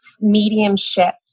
mediumship